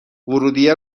ورودیه